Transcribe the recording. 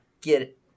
get